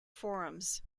forums